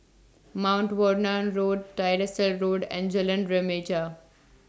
Mount Vernon Road Tyersall Road and Jalan Remaja